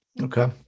Okay